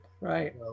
right